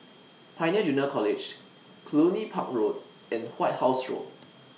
Pioneer Junior College Cluny Park Road and White House Road